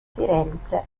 firenze